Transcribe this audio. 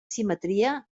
simetria